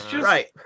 Right